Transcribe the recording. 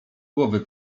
głowy